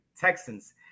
Texans